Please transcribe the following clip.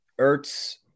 Ertz